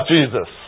Jesus